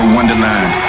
Wonderland